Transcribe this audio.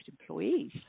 employees